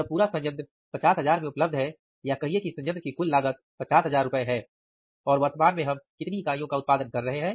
जब पूरा संयंत्र ₹50000 में उपलब्ध है या कहिए कि संयंत्र की कुल लागत ₹50000 है और वर्तमान में हम कितनी इकाइयों का उत्पादन कर रहे हैं